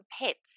pets